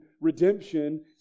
redemption